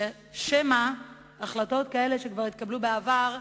במצב שהחלטות כאלה, שכבר התקבלו בעבר,